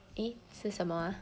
诶是什么 ah